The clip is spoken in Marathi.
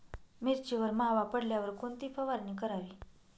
मिरचीवर मावा पडल्यावर कोणती फवारणी करावी?